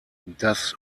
das